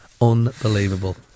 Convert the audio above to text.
Unbelievable